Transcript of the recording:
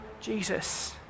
Jesus